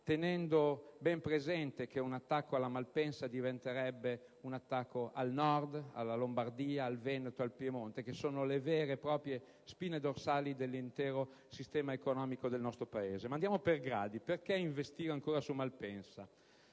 tenendo ben presente che un attacco a Malpensa diventerebbe un attacco al Nord, alla Lombardia, al Veneto, al Piemonte, che sono la vera e propria spina dorsale dell'intero sistema economico del nostro Paese. Ma andiamo per gradi. Perché investire ancora su Malpensa?